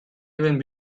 even